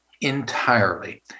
entirely